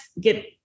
get